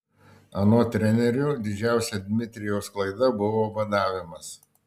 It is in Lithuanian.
anot trenerių didžiausia dmitrijaus klaida buvo badavimas